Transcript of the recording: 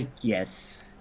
yes